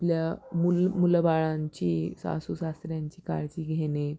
आपल्या मुल मुलंबाळांची सासू सासऱ्यांची काळजी घेणे